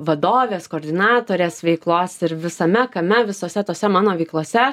vadovės koordinatorės veiklos ir visame kame visose tose mano veiklose